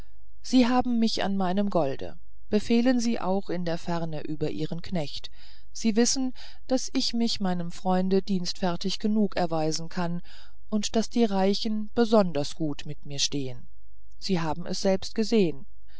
sie haben mich an meinem gold befehlen sie auch in der ferne über ihren knecht sie wissen daß ich mich meinen freunden dienstfertig genug erweisen kann und daß die reichen besonders gut mit mir stehen sie haben es selbst gesehen